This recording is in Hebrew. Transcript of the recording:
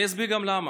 אני אסביר גם למה.